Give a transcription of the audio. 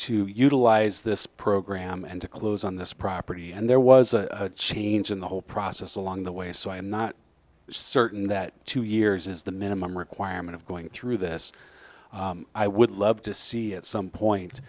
to utilize this program and to close on this property and there was a change in the whole process along the way so i'm not certain that two years is the minimum requirement of going through this i would love to see at some point